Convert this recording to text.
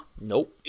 Nope